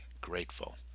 grateful